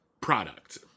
product